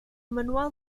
manual